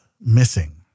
missing